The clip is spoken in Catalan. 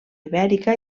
ibèrica